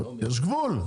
אבל יש גבול,